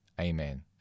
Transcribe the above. Amen